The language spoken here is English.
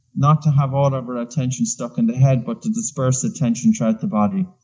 not to have all of our attention stuck in the head, but to disperse attention throughout the body.